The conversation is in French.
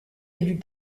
élu